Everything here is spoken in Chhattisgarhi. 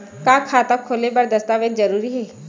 का खाता खोले बर दस्तावेज जरूरी हे?